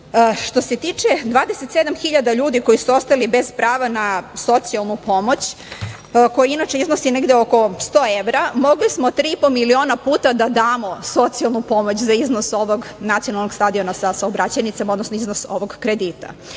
se tiče 27.000 ljudi koji su ostali bez prava na socijalnu pomoć, koji inače iznosi oko 100 evra, mogli smo tri i po miliona puta da damo socijalnu pomoć za iznos ovog nacionalnog stadiona sa saobraćajnicama, odnosno iznos ovog kredita.